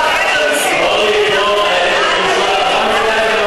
אורלי, אורלי, את מכירה את התהליכים.